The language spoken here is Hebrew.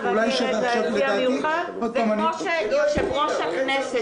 ככל שיושב-ראש הכנסת